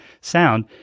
sound